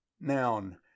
noun